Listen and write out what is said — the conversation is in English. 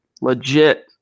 legit